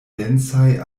densaj